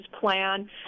plan